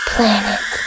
Planet